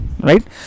right